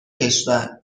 کشور